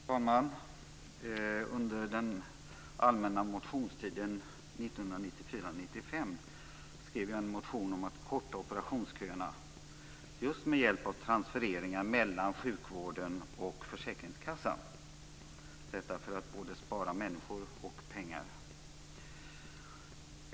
Herr talman! Under den allmänna motionstiden 1994/95 skrev jag en motion om att korta operationsköerna just med hjälp av transfereringar mellan sjukvården och försäkringskassan för att spara både människor och pengar.